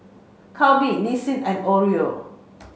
Calbee Nissin and Oreo